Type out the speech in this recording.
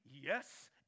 yes